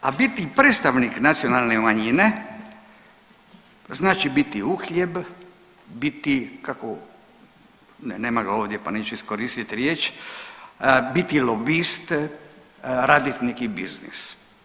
A biti predstavnik nacionalne manjine znači biti uhljeb, biti kako, ne nema ga ovdje pa neću iskoristiti riječ, biti lobist, radit neki biznis.